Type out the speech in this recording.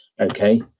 okay